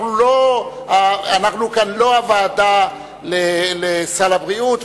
אנחנו כאן לא הוועדה לסל הבריאות,